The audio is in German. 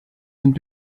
sind